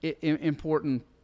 important